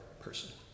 person